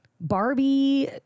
Barbie